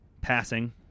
Passing